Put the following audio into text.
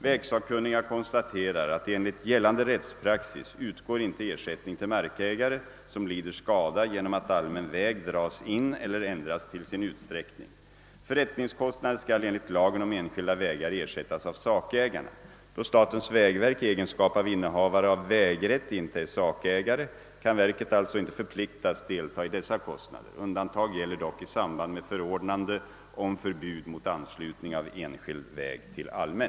Vägsakkunniga konstaterar, att enligt gällande rättspraxis utgår inte ersättning till markägare, som lider skada genom att allmän väg dras in eller ändras till sin sträckning. Förrättningskostnaderna skall enligt lagen om enskilda vägar ersättas av sakägarna. Då statens vägverk i egenskap av innehavare av vägrätt inte är sakägare, kan verket alltså icke förpliktas delta i dessa kostnader. Undantag gäller dock i samband med förordnande om förbud mot anslutning av enskild väg till allmän.